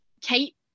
Kate